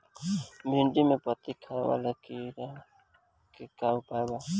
भिन्डी में पत्ति खाये वाले किड़ा के का उपाय बा?